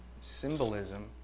symbolism